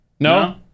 No